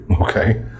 okay